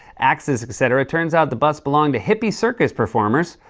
axes, et cetera. it turns out the bus belonged to hippie circus performers.